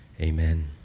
Amen